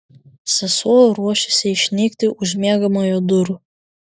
sesuo ruošėsi išnykti už miegamojo durų